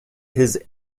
his